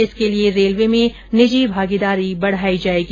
इसके लिये रेलवे में निजी भागीदारी बढाई जायेगी